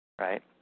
Right